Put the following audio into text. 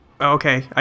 Okay